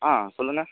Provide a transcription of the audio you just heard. ஆ சொல்லுங்கள்